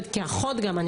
גם כאחות,